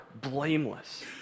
blameless